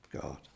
God